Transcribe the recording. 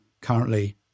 currently